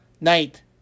night